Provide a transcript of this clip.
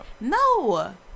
No